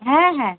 হ্যাঁ হ্যাঁ